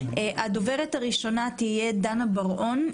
הדוברת הראשונה תהיה דנה בר-און,